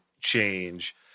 change